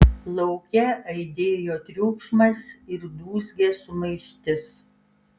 lauke aidėjo triukšmas ir dūzgė sumaištis